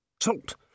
Salt